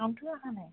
নাই